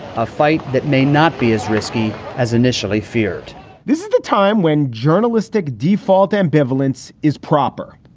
a fight that may not be as risky as initially feared this is the time when journalistic default ambivalence is proper.